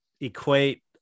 equate